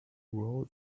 wool